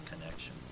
connection